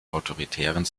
autoritären